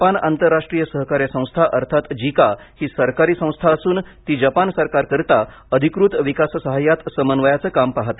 Japan आंतरराष्ट्रीय सहकार्य संस्था अर्थात जिका ही सरकारी संस्था असून ती जपान सरकारकरिता अधिकृत विकास सहाय्यात समन्वयाचं काम पाहते